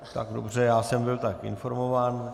Tak dobře, já jsem byl tak informován.